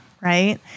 right